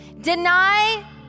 Deny